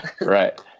Right